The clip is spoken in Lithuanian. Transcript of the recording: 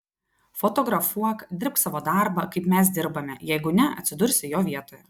fotografuok dirbk savo darbą kaip mes dirbame jeigu ne atsidursi jo vietoje